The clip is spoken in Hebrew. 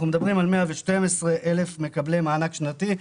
יש 112,000 מקבלי מענק שנתי.